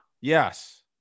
yes